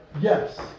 yes